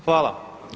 Hvala.